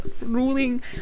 ruling